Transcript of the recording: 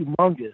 humongous